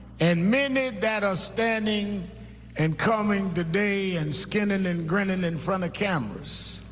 and many that are standing and coming today and skinnin' and grinnin' in front of cameras